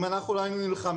אם אנחנו לא היינו נלחמים